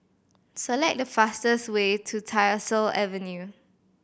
select the fastest way to Tyersall Avenue